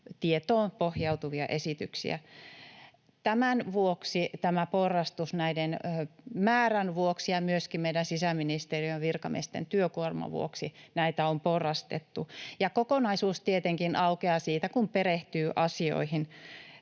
tietoon pohjautuvia esityksiä. Tämän määrän vuoksi ja myöskin meidän sisäministeriön virkamiesten työkuorman vuoksi näitä on porrastettu. Kokonaisuus tietenkin aukeaa siitä, kun perehtyy asioihin